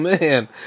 Man